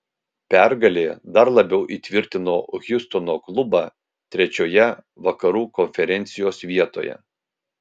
pergalė dar labiau įtvirtino hjustono klubą trečioje vakarų konferencijos vietoje